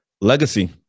Legacy